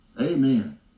Amen